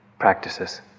practices